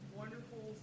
wonderful